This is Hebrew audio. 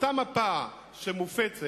אותה מפה שמופצת